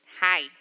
Hi